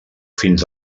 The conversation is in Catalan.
fins